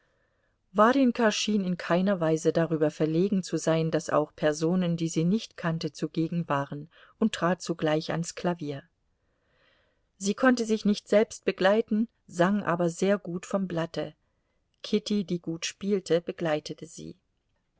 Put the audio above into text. warjenka schien in keiner weise darüber verlegen zu sein daß auch personen die sie nicht kannte zugegen waren und trat sogleich ans klavier sie konnte sich nicht selbst begleiten sang aber sehr gut vom blatte kitty die gut spielte begleitete sie